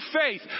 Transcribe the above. faith